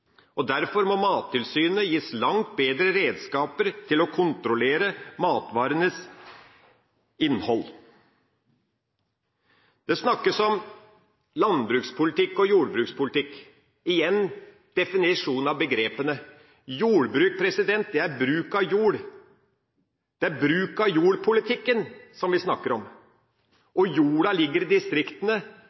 palmeolje. Derfor må Mattilsynet gis langt bedre redskaper til å kontrollere matvarenes innhold. Det snakkes om landbrukspolitikk og jordbrukspolitikk. Igjen trengs det en definisjon av begrepene. Jordbruk er bruk av jord. Det er bruk–av–jord-politikken vi snakker om, og jorda ligger i distriktene.